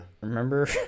Remember